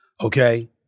Okay